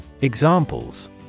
Examples